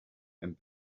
and